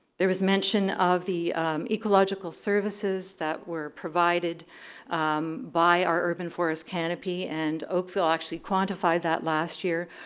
there was mention of the ecological services that were provided by our urban forest canopy and oakville actually quantified that last year.